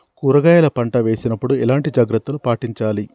కూరగాయల పంట వేసినప్పుడు ఎలాంటి జాగ్రత్తలు పాటించాలి?